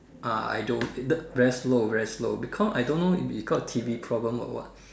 ah I don't the very slow very slow because I don't know if it's because of T_V problem or what